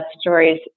stories